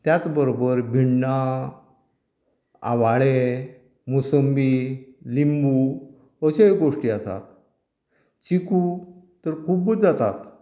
त्याच बरोबर भिण्णां आवाळें मुसंबी लिंबू अश्योय गोश्टी आसात चिकू तर खूब्ब जातात